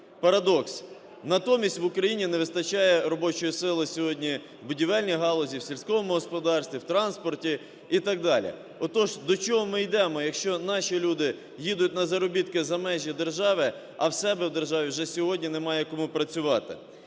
Парадокс: натомість в Україні не вистачає робочої сили сьогодні в будівельній галузі, в сільському господарстві, на транспорті і так далі. Отож, до чого ми йдемо, якщо наші люди їдуть на заробітки за межі держави, а в себе в державі вже сьогодні немає кому працювати?